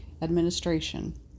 Administration